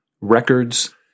records